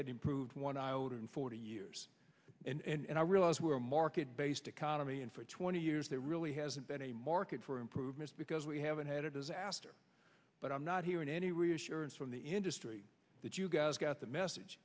has improved one iota in forty years and i realize we're a market based economy and for twenty years there really hasn't been a market for improvements because we haven't had a disaster but i'm not hearing any reassurance from the industry that you guys got the message